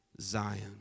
Zion